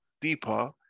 deeper